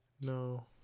No